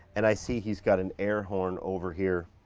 and i see he's got an air horn over here.